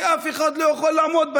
שאף אחד לא יכול לעמוד בהם.